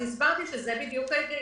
הסברתי שזה בדיוק ההיגיון,